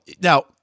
now